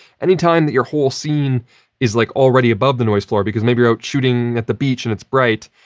anytime that your whole scene is like already above the noise floor because maybe you're out shooting at the beach and it's bright,